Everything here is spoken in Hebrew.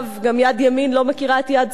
גם יד ימין לא מכירה את יד שמאל,